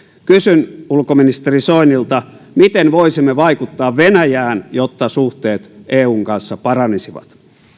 kysyn ulkoministeri soinilta miten voisimme vaikuttaa venäjään jotta suhteet eun kanssa paranisivat